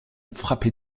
frappait